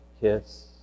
kiss